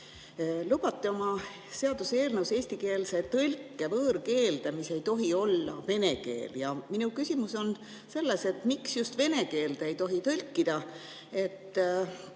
lubate oma eelnõus eestikeelse tõlke võõrkeelde, mis ei tohi olla vene keel. Minu küsimus on, miks just vene keelde ei tohi tõlkida.